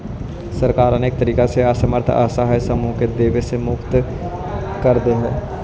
सरकार अनेक तरीका से असमर्थ असहाय समूह के देवे से मुक्त कर देऽ हई